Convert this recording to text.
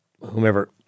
whomever